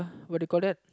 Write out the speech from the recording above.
what do you call that